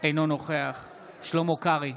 אינו נוכח שלמה קרעי,